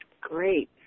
Great